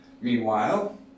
meanwhile